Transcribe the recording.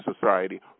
society